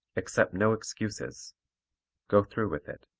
accept no excuses go through with it.